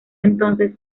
entonces